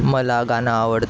मला गाणं आवडतं